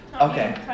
okay